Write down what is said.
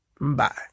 Bye